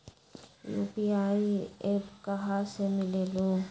UPI app कहा से मिलेलु?